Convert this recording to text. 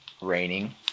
raining